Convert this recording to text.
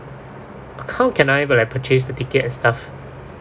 how can I were like purchase the ticket and stuff